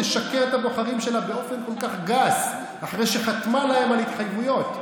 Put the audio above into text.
תשקר לבוחרים שלה באופן כל כך גס אחרי שחתמה להם על התחייבויות.